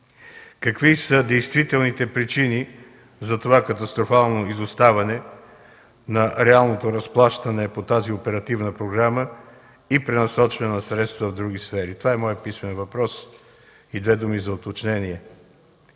какви са действителните причини за това катастрофално изоставане на реалното разплащане по тази оперативна програма и пренасочване на средствата в други сфери – това е писменият ми въпрос. Две думи за уточнение.